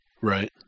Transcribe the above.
Right